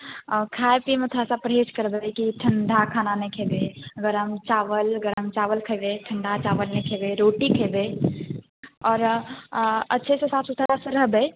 आओर खाए पियैमे थोड़ा सा परहेज करबै कि ठण्डा खाना नहि खेबै गरम चाबल गरम चाबल खेबै ठण्डा चाबल नहि खेबै रोटी खेबै आओर अच्छे से साफ सुथरा से रहबै